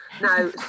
now